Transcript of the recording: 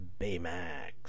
Baymax